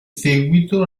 seguito